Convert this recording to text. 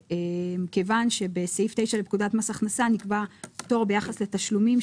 כיוון שבסעיף 9 לפקודת מס הכנסה נקבע פטור ביחס לתשלומים,